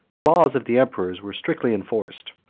the laws of the emperors were strictly enforced,